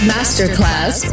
Masterclass